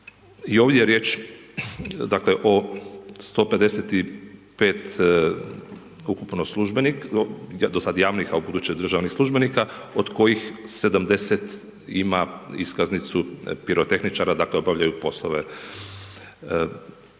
ovdje je riječ o 155 ukupno, do sada javnih a ubuduće državnih službenika od kojih 70 ima iskaznicu pirotehničara, dakle, obavljaju poslove